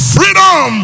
Freedom